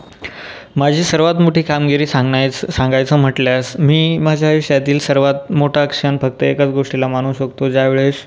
माझी सर्वात मोठी कामगिरी सांगायचं सांगायचं म्हंटल्यास मी माझ्या आयुष्यातील सर्वात मोठा क्षण फक्त एकाच गोष्टीला मानू शकतो ज्यावेळेस